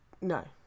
no